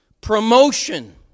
Promotion